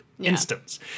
instance